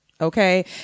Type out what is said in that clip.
Okay